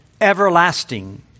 everlasting